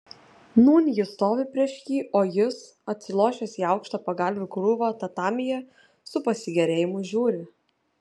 nūn ji stovi prieš jį o jis atsilošęs į aukštą pagalvių krūvą tatamyje su pasigėrėjimu žiūri